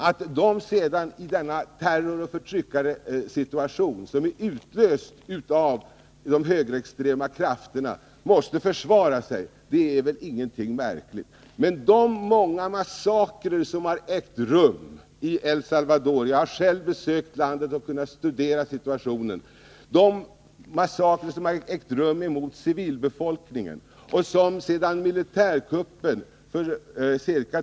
Att FDR/FMNL sedan, i den terroroch förtryckarsituation som är utlöst av de högerextrema krafterna, måste försvara sig är väl ingenting märkligt. Bakom de många massakrer på civilbefolkningen som sedan militärkuppen för ca tre år sedan har ägt rum i El Salvador — jag har själv besökt landet och kunnat studera situationen — står de högerextrema krafterna, regimen, militären och de halvmilitära styrkorna.